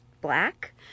black